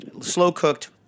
slow-cooked –